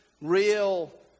real